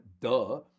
duh